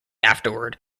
afterward